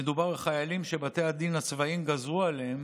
מדובר בחיילים שבתי הדין הצבאיים גזרו עליהם